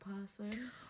person